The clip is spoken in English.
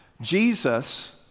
Jesus